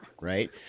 right